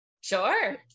Sure